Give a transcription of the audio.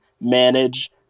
manage